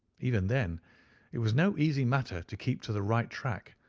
even then it was no easy matter to keep to the right track,